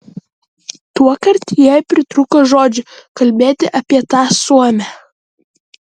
tuokart jai pritrūko žodžių kalbėti apie tą suomę